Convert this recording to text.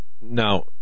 Now